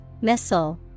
missile